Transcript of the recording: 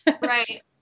Right